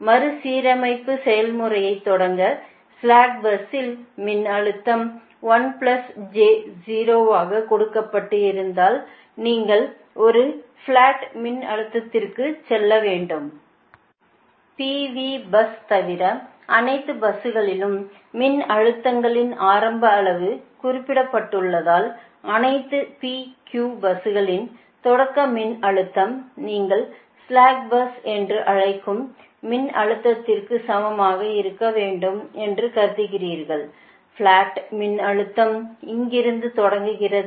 மறுசீரமைப்பு செயல்முறையைத் தொடங்க ஸ்லாக் பஸ்ஸில் மின்னழுத்தம் 1 j 0 ஆக கொடுக்கப்பட்டு இருந்தால் நீங்கள் ஒரு பிளாட் மின்னழுத்தத்திற்குச் செல்ல வேண்டும் P V பஸ் தவிர அனைத்து பஸ்களின் மின்னழுத்தங்களின் ஆரம்ப அளவு குறிப்பிடப்பட்டுள்ளதால் அனைத்து P Q பஸ்களின் தொடக்க மின்னழுத்தம் நீங்கள் ஸ்ளாக் பஸ் என்று அழைக்கும் மின்னழுத்ததிற்கு சமமாக இருக்க வேண்டும் என்று கருதுகிறீர்கள் பிளாட் மின்னழுத்தம் இங்கிருந்து தொடங்குகிறது